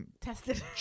tested